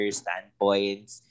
standpoints